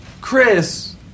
Chris